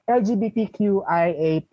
lgbtqia